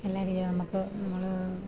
അല്ലെങ്കില് നമ്മള്ക്ക് നമ്മള്